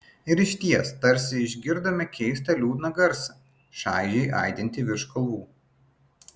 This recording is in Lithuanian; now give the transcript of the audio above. ir išties tarsi išgirdome keistą liūdną garsą šaižiai aidintį virš kalvų